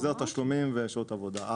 החזר תשלומים ושעות עבודה.